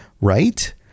right